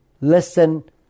lesson